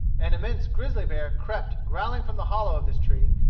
an immense grizzly bear crept growling from the hollow of this tree,